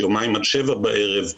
יומיים עד שבע בערב,